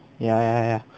ya ya ya